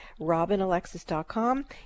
robinalexis.com